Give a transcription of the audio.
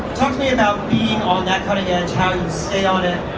talk to me about being on that cutting edge, how you stay on it.